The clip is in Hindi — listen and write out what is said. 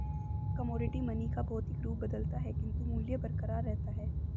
कमोडिटी मनी का भौतिक रूप बदलता है किंतु मूल्य बरकरार रहता है